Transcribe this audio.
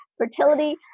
fertility